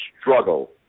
struggle